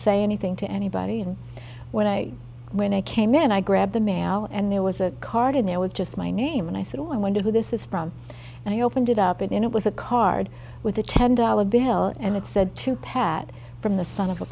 say anything to anybody and when i when i came in i grabbed the mail and there was a card in there with just my name and i said i wonder who this is from and i opened it up and it was a card with a ten dollar bill and it said to pat from the son of a